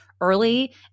Early